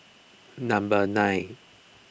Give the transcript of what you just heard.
number nine